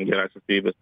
gerąsias savybes